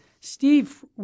Steve